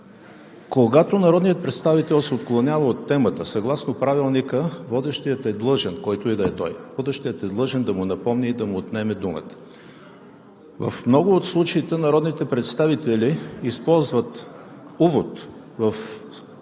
Когато народният представител се отклонява от темата, съгласно Правилника водещият – който и да е той, е длъжен да му напомни и да му отнеме думата. В много от случаите народните представители използват увод в своето